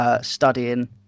Studying